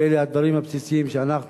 ואלה הם הדברים הבסיסיים שאנחנו,